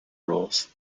rules